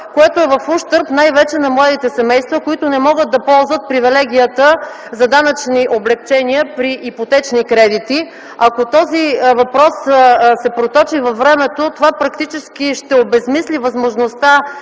което е в ущърб най-вече на младите семейства, които не могат да ползват привилегията за данъчни облекчения по ипотечни кредити. Ако този въпрос се проточи във времето, това практически ще обезсмисли възможността